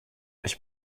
ich